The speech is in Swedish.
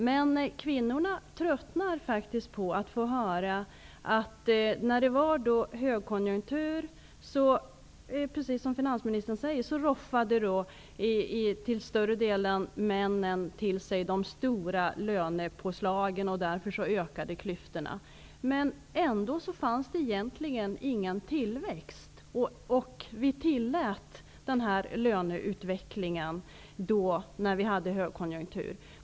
Men kvinnorna tröttnar på att höra att männen, precis som finansministern säger, roffade åt sig större delen av de stora lönepåslagen när det var högkonjunktur. Därför ökade klyftorna. Ändå fanns det egentligen ingen tillväxt. Vi tillät denna löneutveckling när vi hade högkonjunktur.